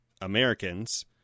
Americans